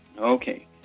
Okay